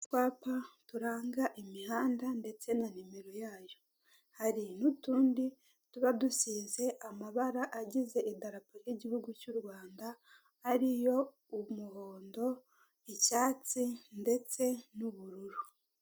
Utwapa turanga imihanda ndetse na nimero yayo, hari n'utundi tuba dusize amabara agize indarapo ry'igihugu cy'u Rwanda, ari yo umuhondo, icyatsi, ndetse n'ubururu.